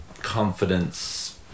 confidence